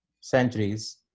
centuries